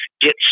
get